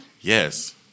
Yes